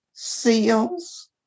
seals